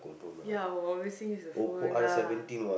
ya I will obviously use the phone lah